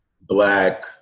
black